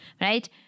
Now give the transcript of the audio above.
right